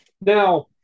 Now